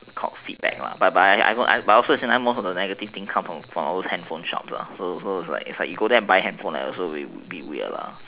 feedback lah but but often at the same time most of the negative thing come from all those handphone shop lah so so it's like you go there and buy handphone it's also a bit weird